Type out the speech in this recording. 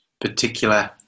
particular